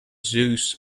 zeus